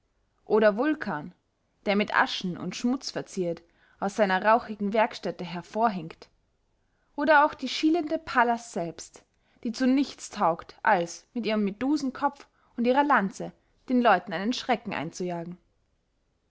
oder vulkan der mit aschen und schmutz verziert aus seiner rauchigen werkstätte hervorhinkt oder auch die schielende pallas selbst die zu nichts taugt als mit ihrem medusenkopf und ihrer lanze den leuten einen schrecken einzujagen